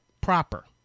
proper